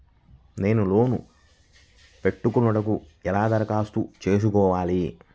నేను లోన్ పెట్టుకొనుటకు ఎలా దరఖాస్తు చేసుకోవాలి?